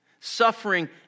Suffering